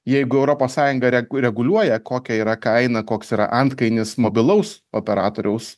jeigu europos sąjunga re reguliuoja kokia yra kaina koks yra antkainis mobilaus operatoriaus